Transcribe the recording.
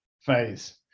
phase